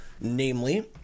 Namely